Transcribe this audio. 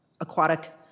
aquatic